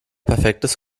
perfektes